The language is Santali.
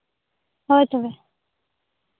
ᱦᱳᱭ ᱛᱚᱵᱮ